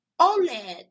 OLED